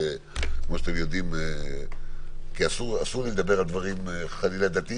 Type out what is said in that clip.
כי אסור לי לדבר על דברים דתיים,